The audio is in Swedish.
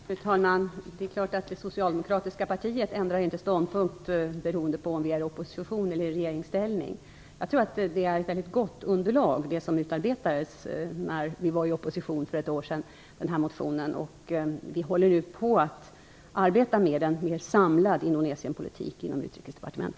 Fru talman! Det är klart att det socialdemokratiska partiet inte ändrar ståndpunkt beroende på om vi är i opposition eller i regeringsställning. Jag tror att den motion som utarbetades när vi var i opposition för ett år sedan är ett gott underlag. Vi håller nu inom Utrikesdepartementet på att arbeta med en mer samlad